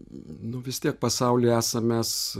nu vis tiek pasauly esam mes